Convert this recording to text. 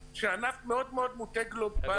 שהענף מאוד מאוד מוטה גלובליזציה.